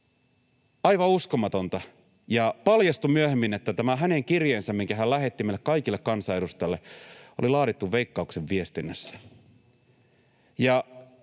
Aivan uskomatonta! Ja paljastui myöhemmin, että tämä hänen kirjeensä, minkä hän lähetti meille kaikille kansanedustajille, oli laadittu Veikkauksen viestinnässä.